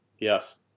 yes